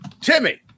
Timmy